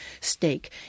stake